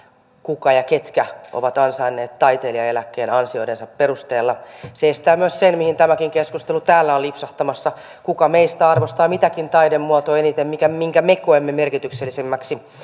kuka ja ketkä ovat ansainneet taiteilijaeläkkeen ansioidensa perusteella se estää myös sen mihin tämäkin keskustelu täällä on lipsahtamassa kuka meistä arvostaa mitäkin taidemuotoa eniten minkä me koemme merkityksellisimmäksi